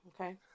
okay